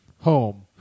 home